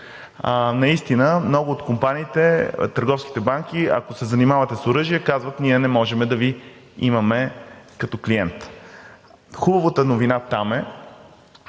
Наистина много от компаниите, търговските банки, ако се занимавате с оръжие, казват: „Ние не можем да Ви имаме като клиент.“ Хубавата новина там,